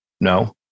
No